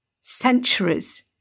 centuries